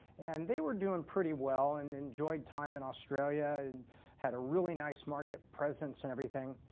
and they were doing pretty well, and enjoyed time in australia and had a really nice market presence and everything.